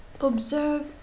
observe